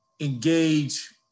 engage